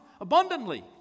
abundantly